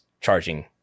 charging